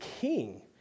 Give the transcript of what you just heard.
king